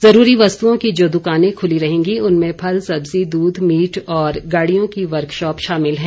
जरूरी वस्तुओं की जो दुकानें खुली रहेंगी उनमें फल सब्जी दूध मीट और गाड़ियों की वर्कशॉप शामिल है